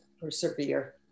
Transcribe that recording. persevere